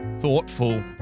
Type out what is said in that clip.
thoughtful